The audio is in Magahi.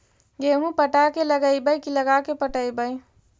गेहूं पटा के लगइबै की लगा के पटइबै?